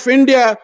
India